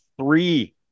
three